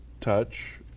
touch